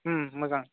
मोजां